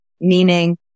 meaning